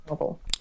okay